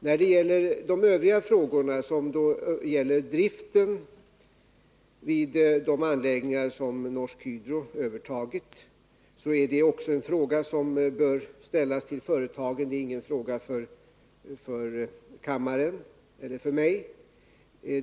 När det gäller de övriga frågorna, som avser driften vid de anläggningar som Norsk Hydro övertagit, är det frågor som bör ställas till företagen. Det är inga frågor för kammaren eller mig.